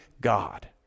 God